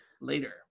later